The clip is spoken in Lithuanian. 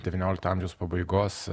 devyniolikto amžiaus pabaigos